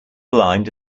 blind